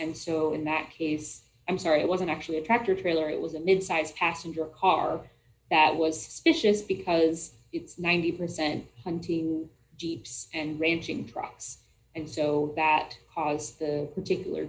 and so in that case i'm sorry it wasn't actually a tractor trailer it was a mid sized passenger car that was suspicious because it's ninety percent hunting jeeps and ranching trucks and so that was the particular